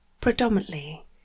predominantly